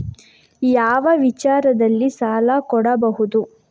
ಯಾವ ವಿಚಾರದಲ್ಲಿ ಸಾಲ ಕೊಡಬಹುದು?